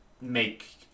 make